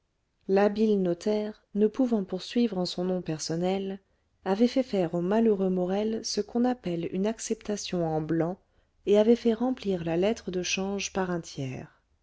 l'habile notaire ne pouvant poursuivre en son nom personnel avait fait faire au malheureux morel ce qu'on appelle une acceptation en blanc et avait fait remplir la lettre de change par un tiers